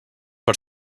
per